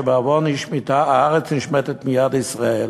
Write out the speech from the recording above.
שבעוון אי-שמיטה הארץ נשמטת מיד ישראל,